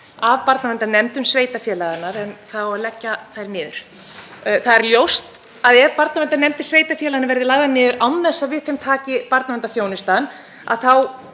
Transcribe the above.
af barnaverndarnefndum sveitarfélaganna sem á að leggja niður. Það er ljóst að ef barnaverndarnefndir sveitarfélaganna verða lagðar niður án þess að við þeim taki barnaverndarþjónustan þá